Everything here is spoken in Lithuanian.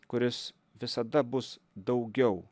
kuris visada bus daugiau